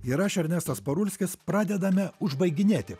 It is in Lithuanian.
ir aš ernestas parulskis pradedame užbaiginėti